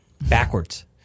Backwards